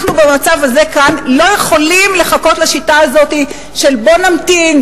אנחנו במצב הזה כאן לא יכולים לחכות לשיטה הזאת של בוא נמתין,